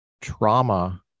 trauma